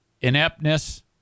ineptness